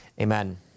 Amen